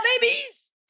babies